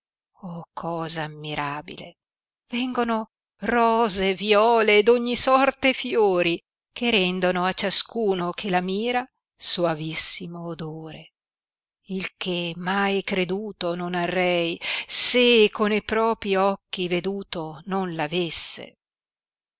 oh cosa ammirabile vengono rose viole e d'ogni sorte fiori che rendono a ciascuno che la mira soavissimo odore il che mai creduto non arrei se con e propi occhi veduto non